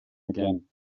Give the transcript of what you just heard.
again